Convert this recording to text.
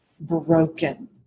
broken